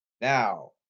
Now